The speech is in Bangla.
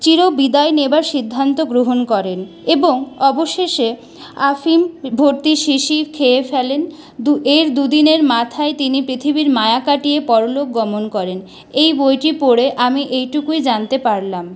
চিরবিদায় নেবার সিদ্ধান্ত গ্রহন করেন এবং অবশেষে আফিম ভর্তি শিশি খেয়ে ফেলেন এর দুদিনের মাথায় তিনি পৃথিবীর মায়া কাটিয়ে পরলোক গমন করেন এই বইটি পড়ে আমি এইটুকুই জানতে পারলাম